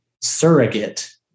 surrogate